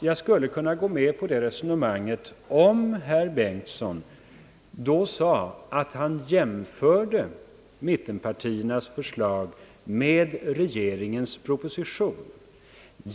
Jag skulle kunna gå med på det resonemanget om herr Bengtson sade att han jämför mittenpartiernas förslag med förslaget i regeringens proposition.